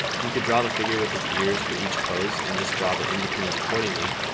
you could draw the figure with his ears for each pose and just draw the in-betweens accordingly.